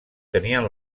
tenien